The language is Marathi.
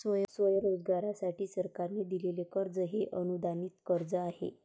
स्वयंरोजगारासाठी सरकारने दिलेले कर्ज हे अनुदानित कर्ज आहे